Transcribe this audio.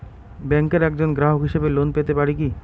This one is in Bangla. ব্যাংকের একজন গ্রাহক হিসাবে লোন পেতে পারি কি?